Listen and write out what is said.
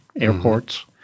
airports